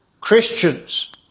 Christians